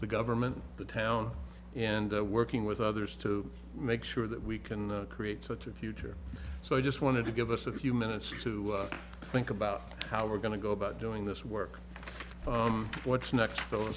the government the town and working with others to make sure that we can create such a future so i just wanted to give us a few minutes to think about how we're going to go about doing this work what's next